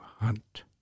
hunt